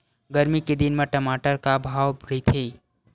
गरमी के दिन म टमाटर का भाव रहिथे?